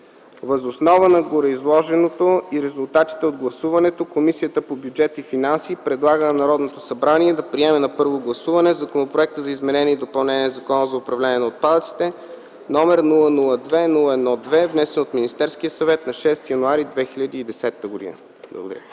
Въз основа на гореизложеното и резултатите от гласуването Комисията по бюджет и финанси предлага на Народното събрание да приеме на първо гласуване Законопроект за изменение и допълнение на Закона за управление на отпадъците, № 002-01-2, внесен от Министерския съвет на 06.01.2010 г.”